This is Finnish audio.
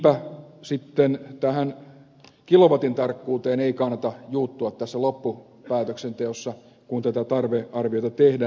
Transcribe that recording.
niinpä sitten tähän kilowatin tarkkuuteen ei kannata juuttua tässä loppupäätöksenteossa kun tätä tarvearviota tehdään